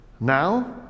now